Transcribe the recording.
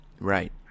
right